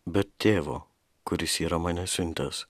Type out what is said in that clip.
bet tėvo kuris yra mane siuntęs